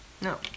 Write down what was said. No